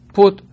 put